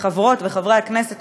כחברות וחברי הכנסת,